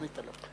ענית לו.